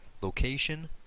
location